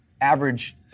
Average